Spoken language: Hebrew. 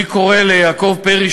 אני קורא ליעקב פרי,